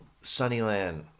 Sunnyland